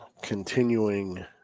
continuing